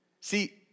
See